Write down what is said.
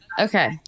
okay